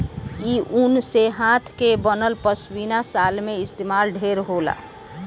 इ ऊन से हाथ के बनल पश्मीना शाल में इस्तमाल ढेर होला